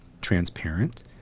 transparent